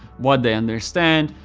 what they understand,